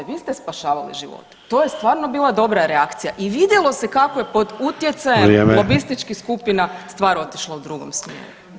Vi ste spašavali živote, to je stvarno bila dobra reakcija i vidjelo se kako je pod utjecajem [[Upadica: Vrijeme.]] lobističkih skupina stvar otišla u drugom smjeru.